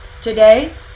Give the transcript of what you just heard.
today